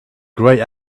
grey